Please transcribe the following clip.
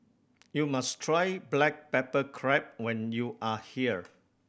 you must try black pepper crab when you are here